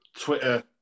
Twitter